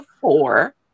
four